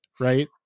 Right